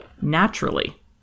naturally